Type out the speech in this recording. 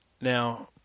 now